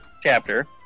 chapter